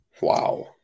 Wow